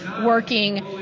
working